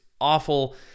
awful